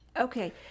Okay